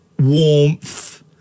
warmth